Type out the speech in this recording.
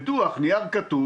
בדוח, נייר כתוב